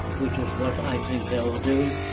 which is what i think they will do.